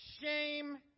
shame